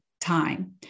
time